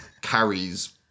carries